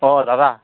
অঁ দাদা